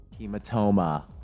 Hematoma